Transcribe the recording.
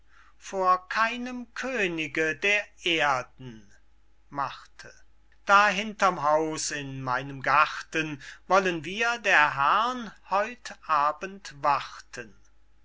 vor keinem könige der erden da hinter'm haus in meinem garten wollen wir der herrn heut abend warten